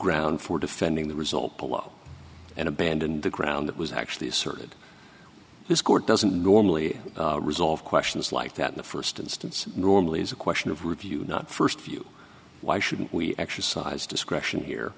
ground for defending the result below and abandon the ground that was actually asserted this court doesn't normally resolve questions like that in the first instance normally is a question of review not first few why shouldn't we exercise discretion here